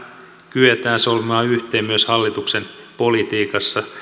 kyetään solmimaan yhteen myös hallituksen politiikassa